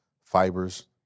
fibers